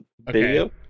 video